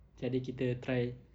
jadi kita try